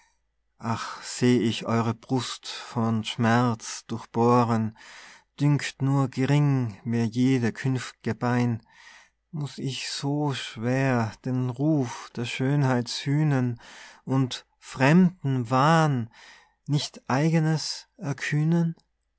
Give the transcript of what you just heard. ach seh ich eure brust vorn schmerz durchbohren dünkt nur gering mir jede künft'ge pein muß ich so schwer den ruf der schönheit sühnen und fremden wahn nicht eigenes erkühnen